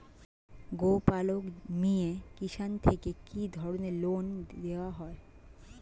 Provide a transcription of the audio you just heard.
গোপালক মিয়ে কিষান থেকে কি ধরনের লোন দেওয়া হয়?